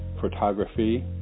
photography